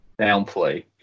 downplay